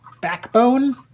backbone